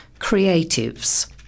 creatives